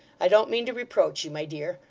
i don't mean to reproach you, my dear.